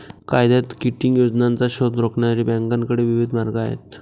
कायद्यात किटिंग योजनांचा शोध रोखण्यासाठी बँकांकडे विविध मार्ग आहेत